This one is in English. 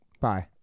Bye